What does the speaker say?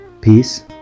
peace